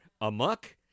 amok